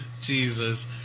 Jesus